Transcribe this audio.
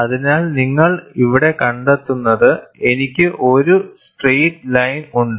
അതിനാൽ നിങ്ങൾ ഇവിടെ കണ്ടെത്തുന്നത് എനിക്ക് ഒരു സ്ട്രൈയിറ്റ് ലൈൻ ഉണ്ട്